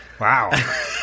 Wow